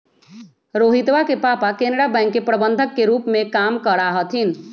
रोहितवा के पापा केनरा बैंक के प्रबंधक के रूप में काम करा हथिन